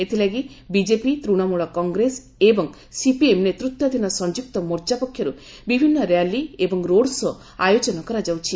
ଏଥିଲାଗି ବିଜେପି ତୃଣମୂଳ କଂଗ୍ରେସ ଏବଂ ସିପିଏମ୍ ନେତୃତ୍ୱାଧୀନ ସଂଯୁକ୍ତ ମୋର୍ଚ୍ଚା ପକ୍ଷରୁ ବିଭିନ୍ନ ରାଲି ଏବଂ ରୋଡ ଶୋ' ଆୟୋଜନ କରାଯାଉଛି